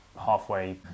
halfway